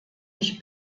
ich